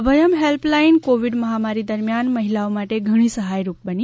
Abhayam helpline Covid મહામારી દરમિયાન મહિલાઓ માટે ઘણી સહાયરૂપ બની